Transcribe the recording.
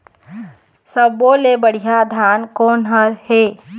सब्बो ले बढ़िया धान कोन हर हे?